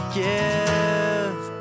give